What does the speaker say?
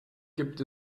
gibt